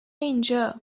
اینجا